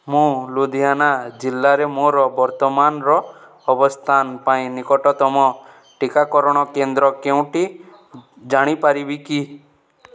ମୁଁ ଲୁଧିଆନା ଜିଲ୍ଲାରେ ମୋର ବର୍ତ୍ତମାନର ଅବସ୍ଥାନ ପାଇଁ ନିକଟତମ ଟିକାକରଣ କେନ୍ଦ୍ର କେଉଁଟି ଜାଣିପାରିବି କି